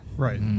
Right